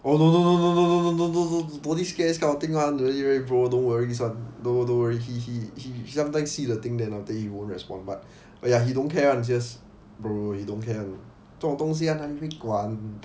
oh no no no no no no no no no don't need scared this kind of thing [one] really really bro don't worry this one don't don't worry he he he sometimes see the thing then after that he don't respond but but ya he don't care [one] serious bro bro he don't care [one] 这种东西他们不管